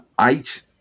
eight